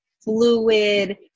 fluid